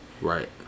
Right